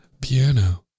piano